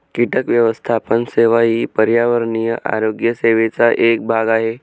कीटक व्यवस्थापन सेवा ही पर्यावरणीय आरोग्य सेवेचा एक भाग आहे